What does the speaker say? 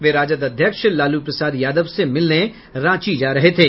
वे राजद अध्यक्ष लालू प्रसाद यादव से मिलने रांची जा रहे थे